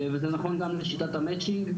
וזה נכון גם לשיטת המצ'ינג,